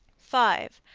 five,